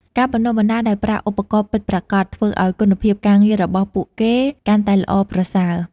ការបណ្តុះបណ្តាលដោយប្រើឧបករណ៍ពិតប្រាកដធ្វើឱ្យគុណភាពការងាររបស់ពួកគេកាន់តែល្អប្រសើរ។